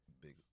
Big